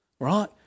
Right